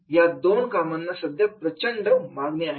या दोन कामांना सध्या प्रचंड मागणी आहे